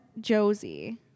Josie